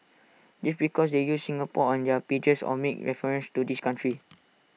just because they use Singapore on their pages or make references to this country